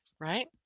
right